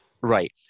Right